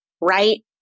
right